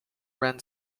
ran